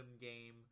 game